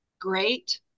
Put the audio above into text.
great